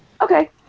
Okay